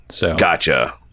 Gotcha